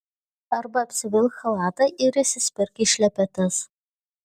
arba apsivilk chalatą ir įsispirk į šlepetes